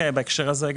בהקשר הזה,